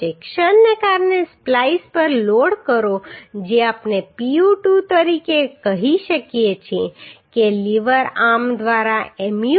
ક્ષણને કારણે સ્પ્લાઈસ પર લોડ કરો જે આપણે Pu2 તરીકે કહી શકીએ કે લીવર આર્મ દ્વારા Mu હશે